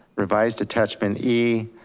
revised attachment e,